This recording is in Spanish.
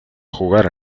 jugar